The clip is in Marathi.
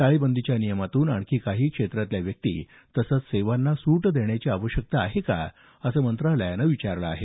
टाळेबंदीच्या नियमातून आणखी काही क्षेत्रातल्या व्यक्ती तसंच सेवांना सूट देण्याची आवश्यकता आहे का असं मंत्रालयानं विचारलं आहे